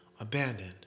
abandoned